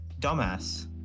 dumbass